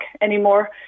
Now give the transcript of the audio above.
anymore